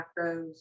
macros